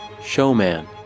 Showman